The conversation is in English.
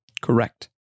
Correct